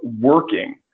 working